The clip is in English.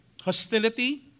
hostility